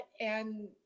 and-